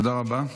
תודה רבה.